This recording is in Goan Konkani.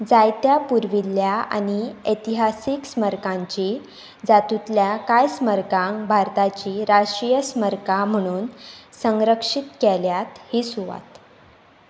जायत्या पुर्विल्ल्या आनी एतिहासीक स्मरकांची जातूतल्या कांय स्मरकांक भारताची राष्ट्रीय स्मरकां म्हणून संरक्षीत केल्यात ही सुवात